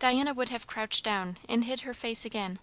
diana would have crouched down and hid her face again